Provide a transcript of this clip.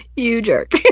you jerk.